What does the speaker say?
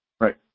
Right